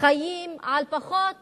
חיים על פחות